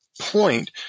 point